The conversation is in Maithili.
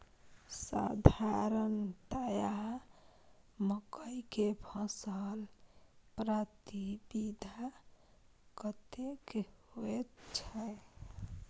साधारणतया मकई के फसल प्रति बीघा कतेक होयत छै?